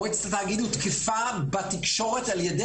שמועצת התאגיד הותקפה בתקשורת על ידי